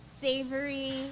savory